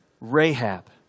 Rahab